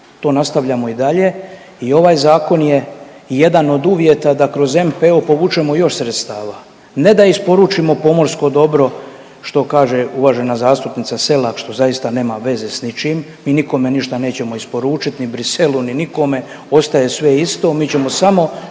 To nastavljamo i dalje i ovaj zakon je jedan od uvjeta da kroz NPOO povučemo još sredstava, ne da isporučimo pomorsko dobro što kaže uvažena zastupnica Selak, što zaista nema veze s ničim, mi nikome ništa nećemo isporučit, ni Briselu, ni nikome, ostaje sve isto, mi ćemo samo